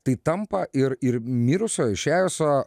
tai tampa ir ir mirusio išėjusio